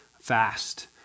fast